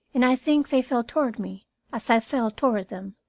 and i think they felt toward me as i felt toward them.